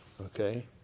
okay